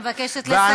אני מבקשת לסיים.